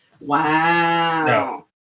Wow